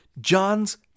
John's